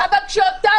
-- אבל כשאותם